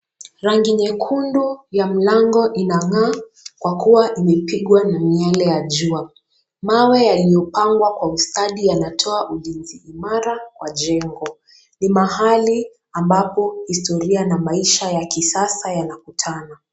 Rangi nyekundu ya mlango inang'aa kwa kuwa imepigwa na miale ya jua. Mawe yaliyopangwa kwa ustadi yanatoa ujenzi imara kwa jengo. Ni mahali ambapo historia na maisha ya kisasa yanakutana.